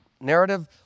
narrative